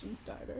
starter